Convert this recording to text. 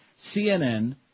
CNN